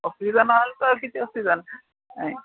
ଅସୁବିଧା ନହେଲେ ତ କିଛି ଅସୁବିଧା ନାହିଁ